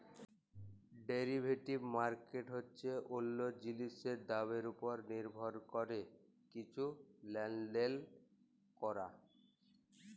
derivative market হছে অল্য জিলিসের দামের উপর লির্ভর ক্যরে কিছু লেলদেল ক্যরা